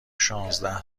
شانزده